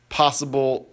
possible